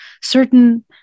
Certain